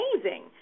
amazing